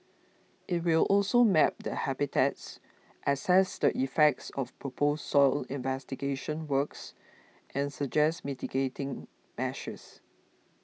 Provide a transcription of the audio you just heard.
it will also map the habitats assess the effects of proposed soil investigation works and suggest mitigating measures